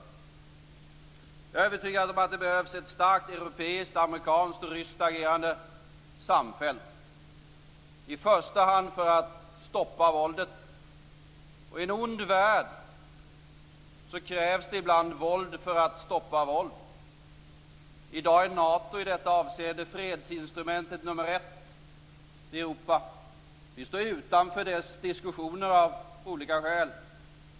Jag är övertygad om att det behövs ett starkt europeiskt, amerikanskt och ryskt agerande samfällt, i första hand för att stoppa våldet. I en ond värld krävs det ibland våld för att stoppa våld. I dag är Nato i detta avseende fredsinstrumentet nummer ett i Europa. Vi står av olika skäl utanför dess diskussioner.